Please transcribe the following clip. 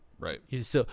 Right